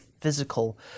physical